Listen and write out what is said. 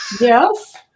Yes